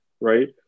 Right